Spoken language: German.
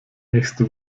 nächste